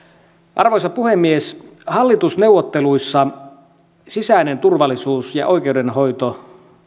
arvoisa puhemies hallitusneuvotteluissa sisäinen turvallisuus ja oikeudenhoito